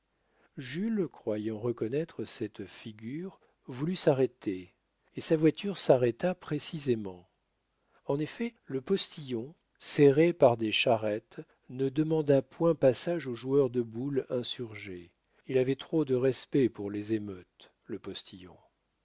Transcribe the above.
jules croyant reconnaître cette figure voulut s'arrêter et sa voiture s'arrêta précisément en effet le postillon serré par des charrettes ne demanda point passage aux joueurs de boules insurgés il avait trop de respect pour les émeutes le postillon